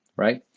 right?